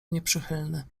nieprzychylny